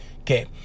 okay